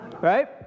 right